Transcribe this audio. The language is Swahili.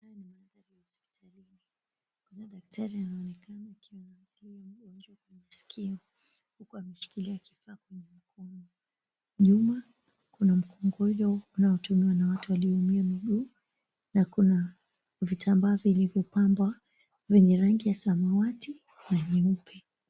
Haya ni mandhari ya hospitalini. Kuna daktari anaonekana akimwangalia mgonjwa kwenye sikio huku ameshikilia kifaa kwenye mkono. Nyuma kuna mkongojo unaotumiwa na watu walioumia miguu na kuna vitambaa vilivyopambwa vyenye rangi ya samawati na nyeupe.